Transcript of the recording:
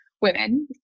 women